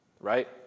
Right